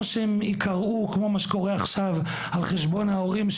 או שהם ייקרעו, כמו שקורה עכשיו, על חשבון ההורים.